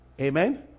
Amen